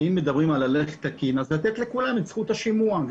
אז לתת לכולם את זכות השימוע.